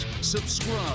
subscribe